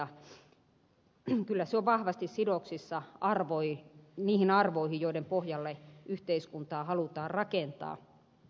kyllä se on vahvasti sidoksissa niihin arvoihin joiden pohjalle yhteiskuntaa halutaan rakentaa